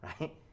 right